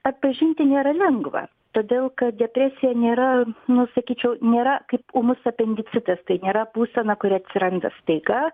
atpažinti nėra lengva todėl kad depresija nėra nu sakyčiau nėra kaip ūmus apendicitas tai nėra būsena kuri atsiranda staiga